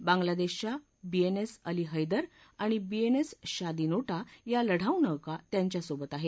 बांगलादेशच्या बीएनएस अली हैदर आणि बीएनएस शादीनोटा या लढाऊ नौका त्यांच्यासोबत आहेत